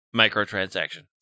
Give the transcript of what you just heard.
microtransaction